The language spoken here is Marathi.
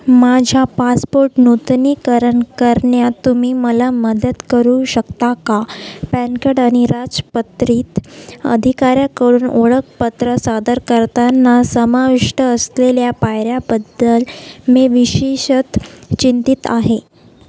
माझ्या पासपोर्ट नुतनीकरण करण्यात तुम्ही मला मदत करू शकता का पॅन कार्ड आणि राजपत्रित अधिकाऱ्याकडून ओळखपत्र सादर करताना समाविष्ट असलेल्या पायऱ्याबद्दल मी विशेषत चिंतित आहे